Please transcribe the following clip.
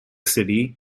city